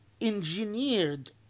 engineered